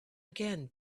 again